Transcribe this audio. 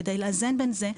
כדי לאזן בין כל אלה,